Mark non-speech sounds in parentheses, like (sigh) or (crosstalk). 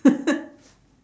(laughs)